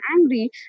angry